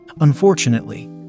Unfortunately